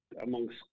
amongst